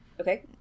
Okay